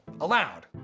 allowed